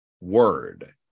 word